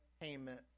payment